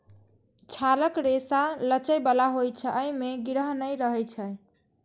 छालक रेशा लचै बला होइ छै, अय मे गिरह नै रहै छै